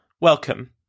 welcome